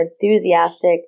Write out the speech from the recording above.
enthusiastic